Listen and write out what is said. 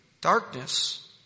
darkness